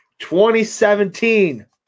2017